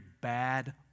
bad